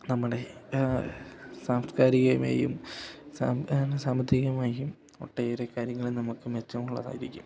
നമ്മുടെ സാംസ്കാരികമായും സാമ്പത്തികമായും ഒട്ടേറെ കാര്യങ്ങളിൽ നമുക്കു മെച്ചമുളളതായിരിക്കും